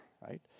right